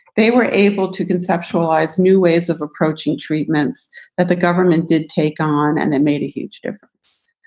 they were able to conceptualize new ways of approaching treatments that the government did take on and they made a huge difference.